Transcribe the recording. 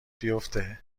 بیفته